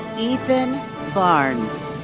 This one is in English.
ethan barnes.